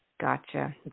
Gotcha